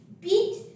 beat